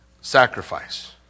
sacrifice